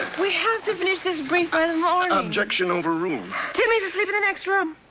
we have to finish this brief by the morning. objectn over-ruled. timmy's asleep in the next room.